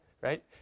right